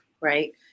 right